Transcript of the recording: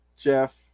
Jeff